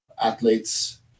athletes